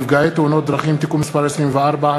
לנפגעי תאונות דרכים (תיקון מס' 24),